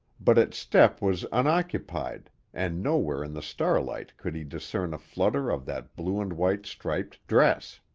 but its step was unoccupied and nowhere in the starlight could he discern a flutter of that blue-and-white striped dress.